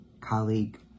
colleague